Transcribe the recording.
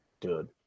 dude